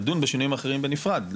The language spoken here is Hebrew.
נדון בשינויים האחרים בנפרד.